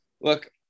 look